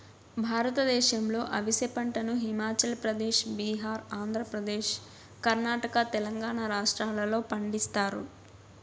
భారతదేశంలో అవిసె పంటను హిమాచల్ ప్రదేశ్, బీహార్, ఆంధ్రప్రదేశ్, కర్ణాటక, తెలంగాణ రాష్ట్రాలలో పండిస్తారు